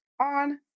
on